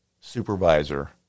supervisor